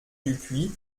dupuis